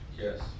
Yes